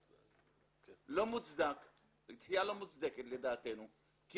ב-2017, דחיה לא מוצדקת לדעתנו.